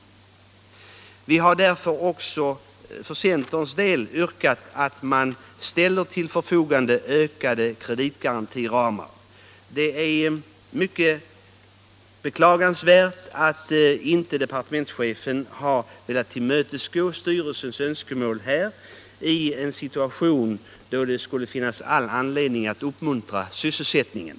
Centern har därför för sin del yrkat att man ställer ökade kreditgarantiramar till förfogande. Det är beklagligt att departementschefen inte har velat tillmötesgå lantbruksstyrelsens önskemål i en situation då det skulle finnas all anledning att uppmuntra sysselsättningen.